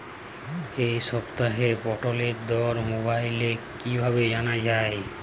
এই সপ্তাহের পটলের দর মোবাইলে কিভাবে জানা যায়?